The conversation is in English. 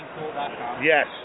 Yes